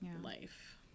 life